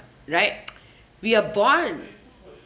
right we are born